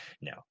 No